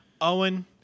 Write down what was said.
Owen